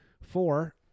Four